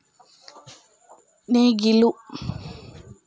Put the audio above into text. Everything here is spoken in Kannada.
ಗದ್ದೆ ಅಗೆಯಲು ಉಪಯೋಗಿಸುವ ಯಂತ್ರ ಯಾವುದು?